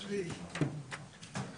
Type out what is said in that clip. התשפ"ב,